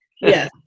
yes